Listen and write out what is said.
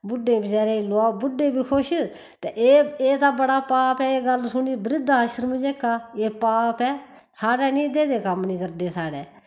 बुड्डें बचैरें लोआओ बुड्डे बी खुश ते एह् दा बड़ा पाप ऐ एह् गल्ल सुनी बृध्द आश्रम जेह्का पाप ऐ साढ़ै निं देह कम्म निं करदे साढ़ै